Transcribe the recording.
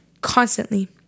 constantly